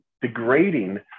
degrading